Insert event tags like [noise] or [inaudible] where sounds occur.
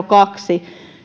[unintelligible] kaksi